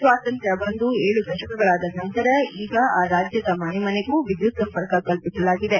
ಸ್ವಾತಂತ್ರ್ ಬಂದು ಏಳು ದಶಕಗಳಾದ ನಂತರ ಈಗ ಆ ರಾಜ್ಯದ ಮನೆ ಮನೆಗೂ ವಿದ್ಯುತ್ ಸಂಪರ್ಕ ಕಲ್ಪಿಸಲಾಗಿದೆ